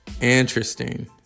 Interesting